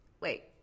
Wait